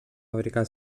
fabricar